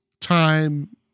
time